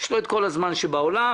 אתה זוכר שבפעם הקודמת